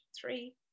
three